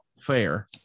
fair